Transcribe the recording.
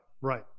right